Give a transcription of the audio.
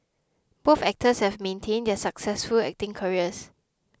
both actors have maintained their successful acting careers